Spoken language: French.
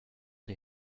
des